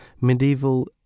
medieval